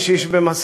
איש איש במסלולו.